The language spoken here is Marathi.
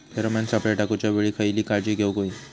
फेरोमेन सापळे टाकूच्या वेळी खयली काळजी घेवूक व्हयी?